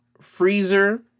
freezer